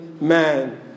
man